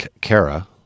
Kara